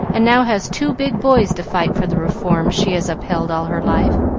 and now has two big boys to fight for the reform she has upheld all her life.